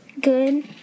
Good